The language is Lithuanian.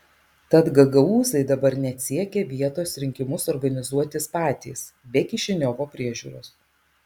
tad gagaūzai dabar net siekia vietos rinkimus organizuotis patys be kišiniovo priežiūros